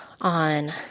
on